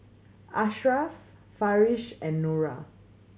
Asharaff Farish and Nura